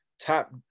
Top